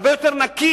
הרבה יותר נקי,